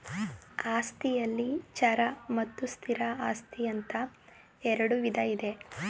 ಆಸ್ತಿಯಲ್ಲಿ ಚರ ಮತ್ತು ಸ್ಥಿರ ಆಸ್ತಿ ಅಂತ ಇರುಡು ವಿಧ ಇದೆ